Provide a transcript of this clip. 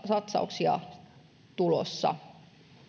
satsauksia tulossa